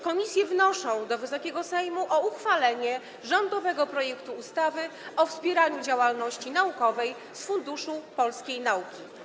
Komisje wnoszą do Wysokiego Sejmu o uchwalenie rządowego projektu ustawy o wspieraniu działalności naukowej z Funduszu Polskiej Nauki.